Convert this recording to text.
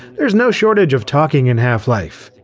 there's no shortage of talking in half-life.